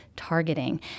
targeting